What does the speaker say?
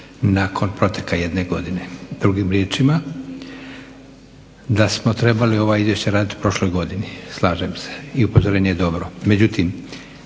nakon proteka jedne godine. Drugim riječima, da smo trebali ova izvješća raditi u prošloj godini. Slažem se i upozorenje je dobro.